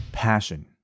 passion